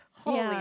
holy